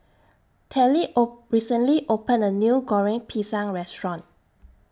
Telly O recently opened A New Goreng Pisang Restaurant